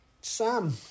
Sam